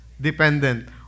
dependent